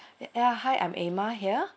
yeah hi I'm emma here